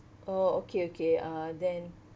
oh okay okay uh then